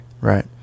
Right